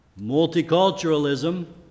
multiculturalism